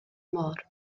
môr